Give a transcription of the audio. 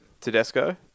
Tedesco